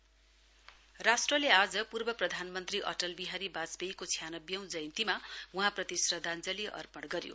अटल जयन्ती राष्ट्रले आज पूर्व प्रधानमन्त्री अटल बिहारी बाजपेयीको छयानब्बेऔं जयन्तीमा वहाँप्रति श्रद्धाञ्जली अपर्ण गरियो